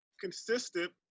consistent